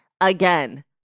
again